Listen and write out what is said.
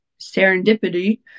serendipity